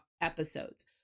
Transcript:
episodes